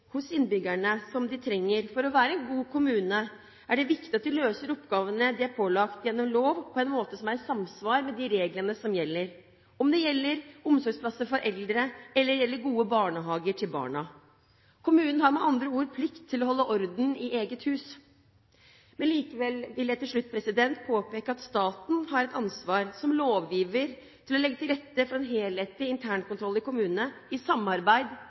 å være en god kommune, er det viktig at de løser de oppgavene de er pålagt gjennom lov, på en måte som er i samsvar med de reglene som gjelder – enten det gjelder omsorgsplasser for eldre, eller det gjelder gode barnehager for barna. Kommunene har med andre ord plikt til å holde orden i eget hus. Likevel vil jeg til slutt påpeke at staten som lovgiver har et ansvar for å legge til rette for en helhetlig internkontroll i kommunene – i samarbeid